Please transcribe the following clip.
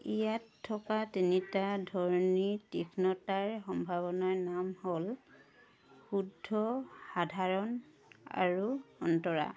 ইয়াত থকা তিনিটা ধ্বনিতীক্ষ্ণতাৰ সম্ভাৱনাৰ নাম হ'ল শুদ্ধ সাধাৰণ আৰু অন্তৰা